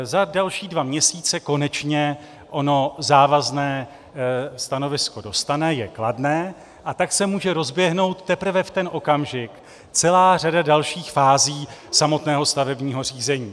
Za další dva měsíce konečně ono závazné stanovisko dostane je kladné a tak se může rozběhnout teprve v ten okamžik celá řada dalších fází samotného stavebního řízení.